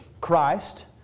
Christ